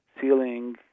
ceiling